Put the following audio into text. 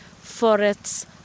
forests